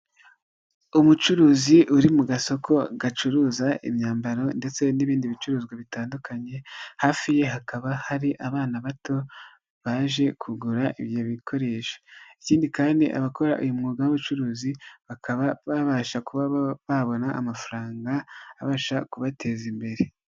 Umucuruzi uri mu gasoko gacuruza imyambaro, ndetse n'ibindi bicuruzwa bitandukanye, hafi ye hakaba hari abana bato baje kugura ibyo bikoresho, ikindi kandi abakora uyu mwuga w'ubucuruzi, bakaba babasha kuba babona amafaranga abasha kubateza imbere.